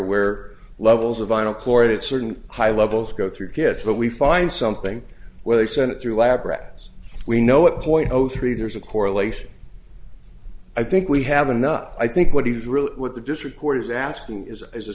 where levels of vinyl chloride at certain high levels go through kids but we find something where they sent it through lab rats we know what point zero three there's a correlation i think we have enough i think what is really what the district court is asking is as a